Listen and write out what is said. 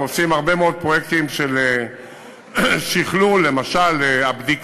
ועושים הרבה מאוד פרויקטים של שכלול, למשל הבדיקה,